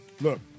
look